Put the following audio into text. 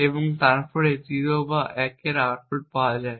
এবং তারপরে 0 বা 1 এর আউটপুট পাওয়া যায়